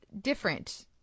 different